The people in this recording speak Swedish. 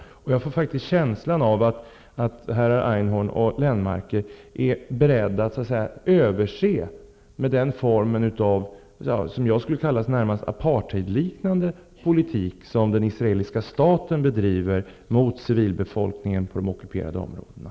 Jag får känslan av att herrar Einhorn och Lennmarker är beredda att överse med den formen av närmast apartheidliknande politik, som jag skulle vilja kalla det, som den israeliska staten bedriver mot civilbefolkningen på de ockuperade områdena.